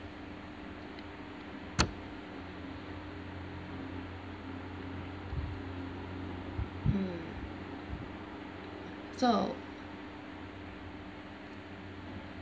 mm so